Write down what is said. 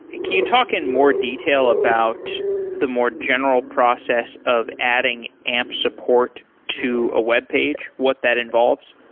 can you talk in more detail about the more general process of adding amp support to a webpage? what that involves?